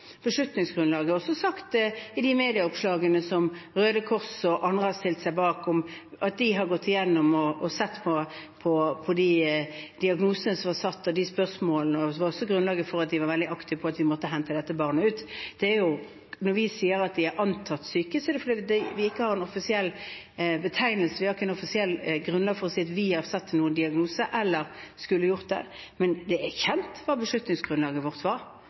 Beslutningsgrunnlaget er nevnt i de medieoppslagene som Røde Kors og andre har stilt seg bak, om at de har gått igjennom og sett på de diagnosene som var satt. Det var også grunnlaget for at de var veldig aktive for at vi måtte hente dette barnet ut. Når vi sier at de er antatt syke, er det fordi vi ikke har en offisiell betegnelse, vi har ikke et offisielt grunnlag for å si at vi har satt noen diagnose eller skulle gjort det. Men det er kjent hva beslutningsgrunnlaget vårt var.